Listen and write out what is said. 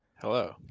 hello